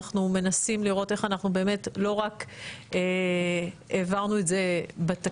אנחנו מנסים לראות איך אנחנו באמת לא רק העברנו את זה בתקציב,